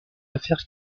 affaire